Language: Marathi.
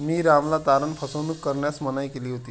मी रामला तारण फसवणूक करण्यास मनाई केली होती